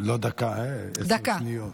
לא דקה, עשר שניות.